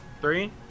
Three